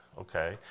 okay